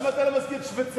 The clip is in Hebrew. למה אתה לא מזכיר את שוויצריה?